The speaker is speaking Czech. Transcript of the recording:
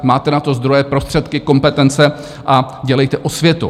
Máte na to zdroje, prostředky, kompetence a dělejte osvětu.